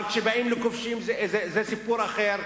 אבל כשבאים וכובשים זה סיפור אחר.